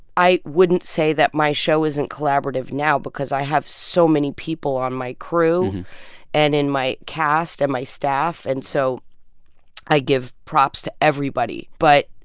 i wouldn't say that my show isn't collaborative now because i have so many people on my crew and in my cast and my staff. and so i give props to everybody. but